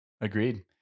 Agreed